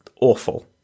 awful